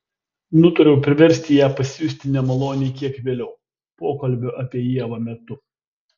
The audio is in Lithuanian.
nutariau priversti ją pasijusti nemaloniai kiek vėliau pokalbio apie ievą metu